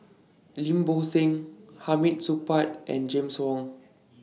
Lim Bo Seng Hamid Supaat and James Wong